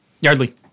Yardley